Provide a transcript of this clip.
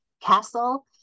castle